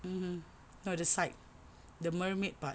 mmhmm no the side the mermaid part